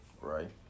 right